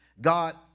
God